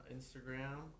Instagram